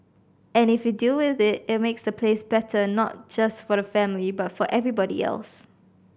and if you deal with it it makes the place better not just for the family but for everybody else